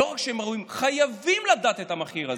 הם חייבים לדעת את המחיר הזה,